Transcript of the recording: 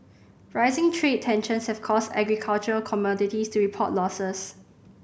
rising trade tensions have caused agricultural commodities to report losses